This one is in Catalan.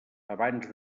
abans